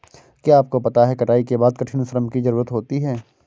क्या आपको पता है कटाई के बाद कठिन श्रम की ज़रूरत होती है?